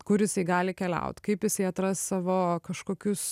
kur jisai gali keliaut kaip jisai atras savo kažkokius